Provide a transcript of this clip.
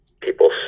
people